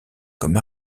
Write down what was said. comme